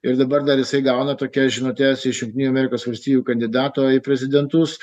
ir dabar dar jisai gauna tokias žinutes iš jungtinių amerikos valstijų kandidato į prezidentus